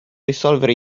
risolvere